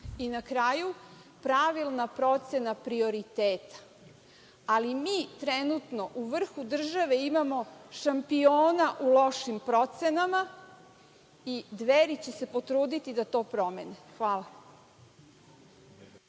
kraju, pravilna procena prioriteta. Mi trenutno u vrhu države imamo šampiona u lošim procenama i Dveri će se potruditi da to promene. Hvala.